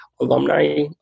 alumni